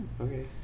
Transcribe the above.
Okay